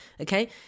okay